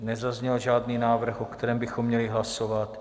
Nezazněl žádný návrh, o kterém bychom měli hlasovat.